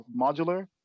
modular